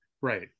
right